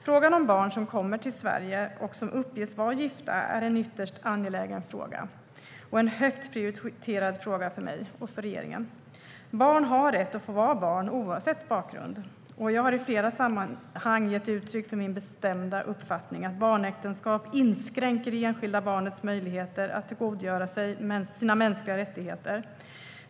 Frågan om barn som kommer till Sverige och som uppges vara gifta är ytterst angelägen och en högt prioriterad fråga för mig och för regeringen. Barn har rätt att få vara barn oavsett bakgrund. Jag har i flera sammanhang gett uttryck för min bestämda uppfattning att barnäktenskap inskränker det enskilda barnets möjligheter att tillgodogöra sig sina mänskliga rättigheter.